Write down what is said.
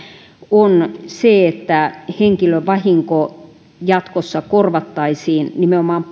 on se että henkilövahinko jatkossa korvattaisiin nimenomaan